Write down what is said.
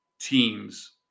teams